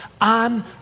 on